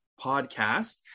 podcast